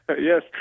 Yes